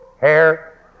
Hair